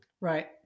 Right